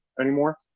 anymore